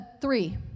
three